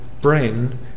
brain